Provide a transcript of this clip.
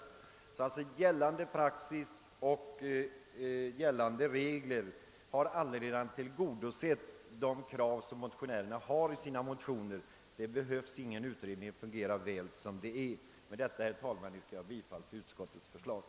Motionärernas krav har sålunda redan tillgodosetts, och det behövs ingen utredning. Med detta, herr talman, yrkar jag bifall till utskottets hemställan.